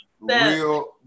real